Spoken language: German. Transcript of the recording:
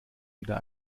wieder